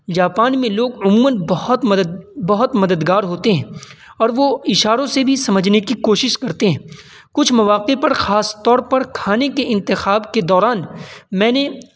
Japan میں لوگ عموماً بہت مدد بہت مددگار ہوتے ہیں اور وہ اشاروں سے بھی سمجھنے کی کوشش کرتے ہیں کچھ مواقع پر خاص طور پر کھانے کے انتخاب کے دوران میں نے